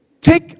take